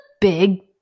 big